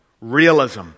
realism